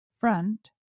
Front